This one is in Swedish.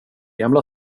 gamla